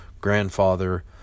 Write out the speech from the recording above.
grandfather